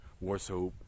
warsaw